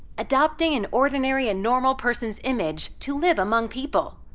adopting an ordinary and normal person's image to live among people.